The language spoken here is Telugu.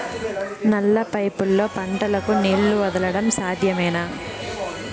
నల్ల పైపుల్లో పంటలకు నీళ్లు వదలడం సాధ్యమేనా?